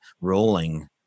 rolling